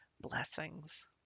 blessings